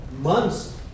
months